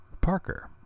Parker